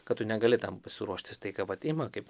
kad tu negali tam pasiruošti staiga vat ima kaip